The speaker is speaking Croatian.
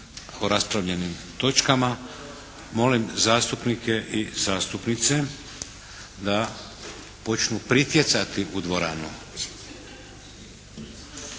raspravljenim točkama. Molim zastupnike i zastupnice da počnu pritjecati u dvoranu.